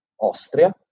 Austria